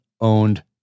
owned